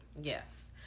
Yes